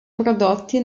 prodotti